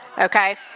okay